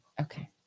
Okay